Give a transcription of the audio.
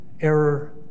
error